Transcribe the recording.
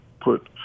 put